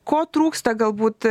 ko trūksta galbūt